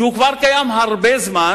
שכבר קיים הרבה זמן,